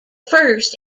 first